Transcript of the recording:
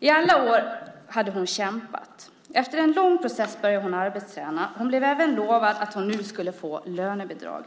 I alla år hade hon kämpat. Efter en lång process började hon arbetsträna. Hon blev även lovad att hon nu skulle få lönebidrag.